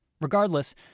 Regardless